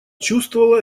чувствовала